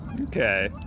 Okay